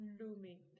looming